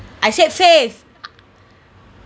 I said faith